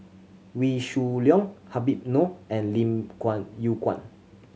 Wee Shoo Leong Habib Noh and Lim Kuan Yew Kuan